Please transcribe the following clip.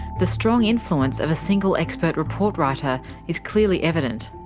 the strong influence of a single expert report writer is clearly evident.